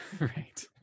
Right